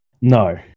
No